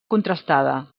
contrastada